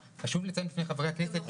חשוב לי גם לציין בפני חברי הכנסת.